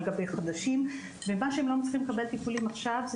על גבי חודשים ומה שהם לא מצליחים לקבל טיפולים עכשיו זה